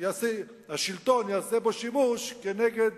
השלטון יעשה בכך שימוש נגד